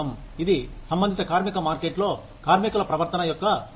ఇది సంబంధిత కార్మిక మార్కెట్లో కార్మికుల ప్రవర్తన యొక్క ఫలితం